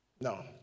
No